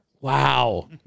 Wow